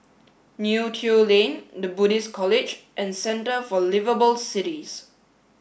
Neo Tiew Lane The Buddhist College and centre for liveable cities